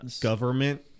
government